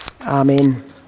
Amen